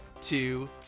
two